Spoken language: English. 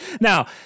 Now